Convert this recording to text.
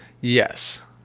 Yes